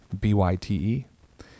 b-y-t-e